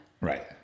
Right